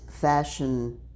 fashion